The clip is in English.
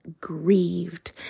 grieved